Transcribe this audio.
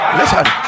listen